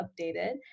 updated